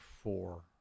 four